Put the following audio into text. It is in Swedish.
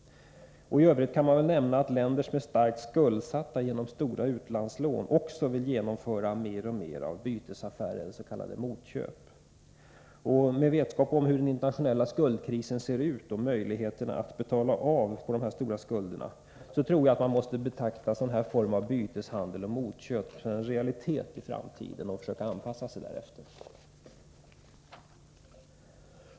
I övrigt kan man väl nämna att länder som är starkt skuldsatta genom stora utlandslån också vill genomföra mer och mer av bytesaffärer eller s.k. motköp. Med vetskap om hur den internationella skuldkrisen ser ut och möjligheterna att betala av på dessa stora skulder, tror jag att man måste betrakta sådan form av handel och motköp som en realitet i framtiden och försöka anpassa sig därefter.